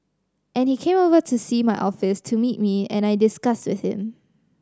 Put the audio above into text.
and he came over to see my office to meet me and I discussed with him